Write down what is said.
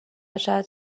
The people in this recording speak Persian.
شود